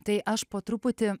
tai aš po truputį